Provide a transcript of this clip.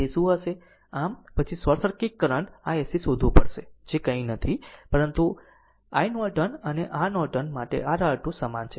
આમ પછી short circuit current isc શોધવું પડશે જે કંઈ નથી પરંતુ iNorton અને R નોર્ટન માટે r R2 સમાન છે